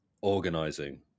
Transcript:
organizing